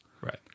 right